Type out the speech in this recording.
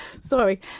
Sorry